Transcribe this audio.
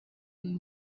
bajya